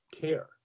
care